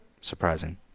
Surprising